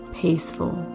peaceful